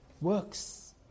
Works